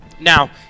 Now